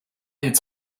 its